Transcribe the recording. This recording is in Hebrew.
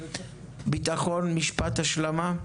ביטחון, משפט השלמה?